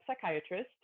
psychiatrist